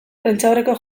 prentsaurreko